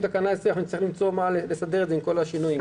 נכתב "בתקנה 20" ונצטרך לתקן את זה לאור כל השינויים.